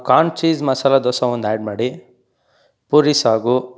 corn cheese masala dosa ಒಂದು add ಮಾಡಿ ಪೂರಿ ಸಾಗು